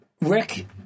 Rick